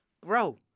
grow